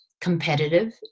competitive